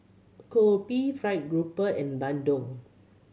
kopi fried grouper and bandung